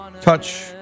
touch